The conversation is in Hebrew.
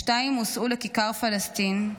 השתיים הוסעו לכיכר פלסטין,